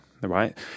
right